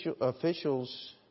officials